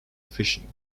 fishing